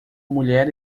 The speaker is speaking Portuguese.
mulher